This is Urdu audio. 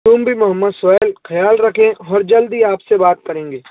تم بھی محمد سُہیل خیال رکھیے اور جلد ہی آپ سے بات کریں گے